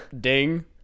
ding